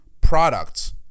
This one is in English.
products